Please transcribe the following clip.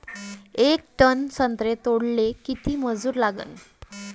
येक टन संत्रे तोडाले किती मजूर लागन?